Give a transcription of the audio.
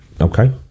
okay